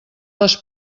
les